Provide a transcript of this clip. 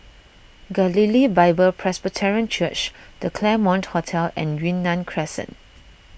Galilee Bible Presbyterian Church the Claremont Hotel and Yunnan Crescent